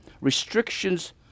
restrictions